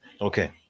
okay